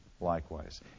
likewise